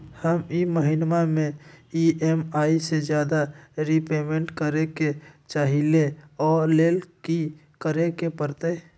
हम ई महिना में ई.एम.आई से ज्यादा रीपेमेंट करे के चाहईले ओ लेल की करे के परतई?